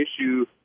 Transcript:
issue